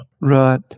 Right